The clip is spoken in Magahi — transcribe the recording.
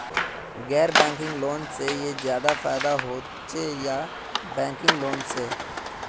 गैर बैंकिंग लोन से ज्यादा फायदा होचे या बैंकिंग लोन से?